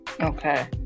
okay